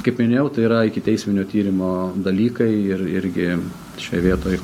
kaip minėjau tai yra ikiteisminio tyrimo dalykai ir irgi šioj vietoj